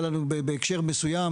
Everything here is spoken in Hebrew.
היה לנו בהקשר מסוים,